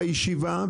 בישיבה,